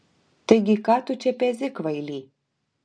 taigi ką tu čia pezi kvaily